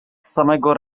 samego